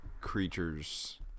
creatures